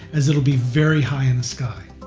as it will be very high in the sky.